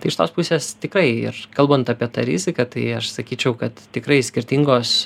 tai iš tos pusės tikrai ir kalbant apie tą riziką tai aš sakyčiau kad tikrai skirtingos